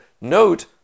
note